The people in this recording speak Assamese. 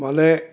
মানে